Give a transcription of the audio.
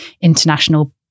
international